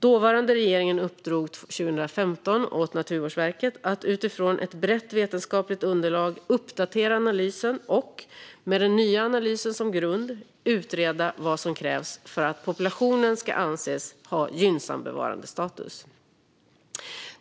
Dåvarande regeringen uppdrog 2015 åt Naturvårdsverket att utifrån ett brett vetenskapligt underlag uppdatera analysen och, med den nya analysen som grund, utreda vad som krävs för att populationen ska anses ha gynnsam bevarandestatus.